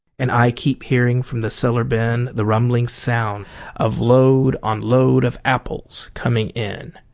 and i keep hearing from the cellar bin the rumbling sound of load on load of apples coming in.